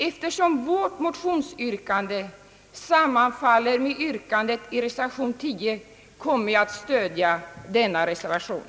Eftersom vårt motionsyrkande sammanfaller med yrkandet i reservation 10 kommer jag att stödja denna reservation.